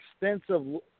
extensive